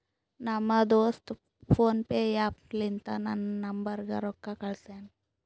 ನಮ್ ದೋಸ್ತ ಫೋನ್ಪೇ ಆ್ಯಪ ಲಿಂತಾ ನನ್ ನಂಬರ್ಗ ರೊಕ್ಕಾ ಕಳ್ಸ್ಯಾನ್